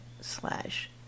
slash